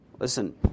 Listen